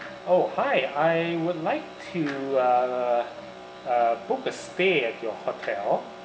oh hi I would like to uh uh book a stay at your hotel